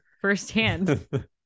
firsthand